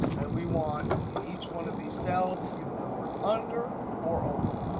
and we want in each one of these cells either the word under or over.